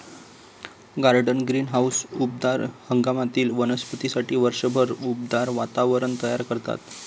garden greenhouse उबदार हंगामातील वनस्पतींसाठी वर्षभर उबदार वातावरण तयार करतात